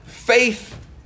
Faith